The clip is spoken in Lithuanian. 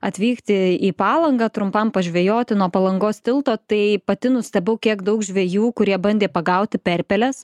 atvykti į palangą trumpam pažvejoti nuo palangos tilto tai pati nustebau kiek daug žvejų kurie bandė pagauti perpeles